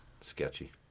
Sketchy